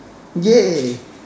!yay!